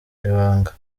ibanga